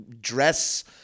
dress